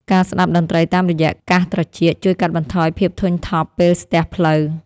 ការស្ដាប់តន្ត្រីតាមរយៈកាសត្រចៀកជួយកាត់បន្ថយភាពធុញថប់ពេលស្ទះផ្លូវ។